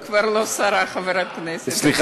כבר לא שרה, חברת כנסת, תודה.